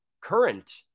current